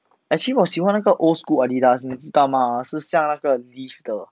actually 我喜欢那个 old school Adidas 你知道吗是像那个 leaf 的